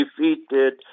defeated